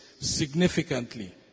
significantly